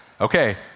Okay